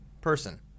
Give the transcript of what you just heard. person